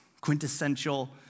quintessential